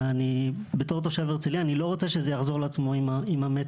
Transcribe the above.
ואני בתור תושב הרצליה אני לא רוצה שזה יחזור לעצמו עם המטרו,